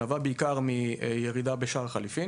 שנבעה בעיקר מהירידה בשער החליפין,